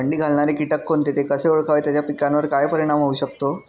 अंडी घालणारे किटक कोणते, ते कसे ओळखावे त्याचा पिकावर काय परिणाम होऊ शकतो?